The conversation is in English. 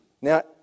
Now